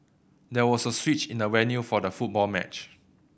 there was a switch in the venue for the football match